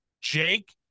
jake